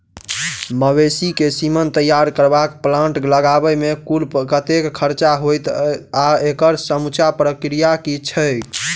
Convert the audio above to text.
मवेसी केँ सीमन तैयार करबाक प्लांट लगाबै मे कुल कतेक खर्चा हएत आ एकड़ समूचा प्रक्रिया की छैक?